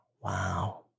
wow